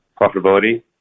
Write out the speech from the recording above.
profitability